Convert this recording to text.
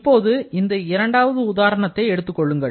இப்போது இந்த இரண்டாவது உதாரணத்தை எடுத்துக்கொள்ளுங்கள்